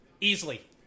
Easily